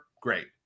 great